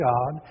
God